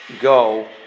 go